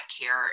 care